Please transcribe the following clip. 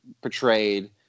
portrayed